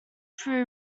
through